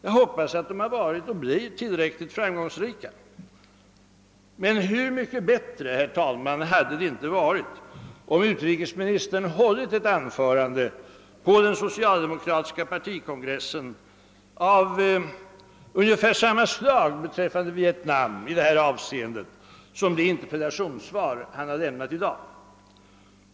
Jag hoppas att de varit och blir tillräckligt framgångsrika. Men hur mycket bättre hade det inte varit om utrikesministern hållit ett anförande beträffande Vietnam på den socialdemokratiska partikongressen av samma slag som det interpellationssvar han lämnat här i dag.